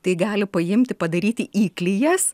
tai gali paimti padaryti įklijas